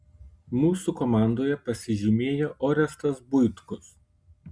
mūsų komandoje pasižymėjo orestas buitkus